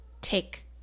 take